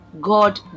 God